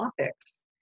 topics